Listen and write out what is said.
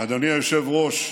אדוני היושב-ראש,